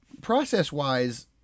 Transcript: process-wise